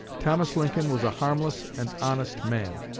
thomas lincoln was a harmless and honest man.